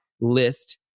list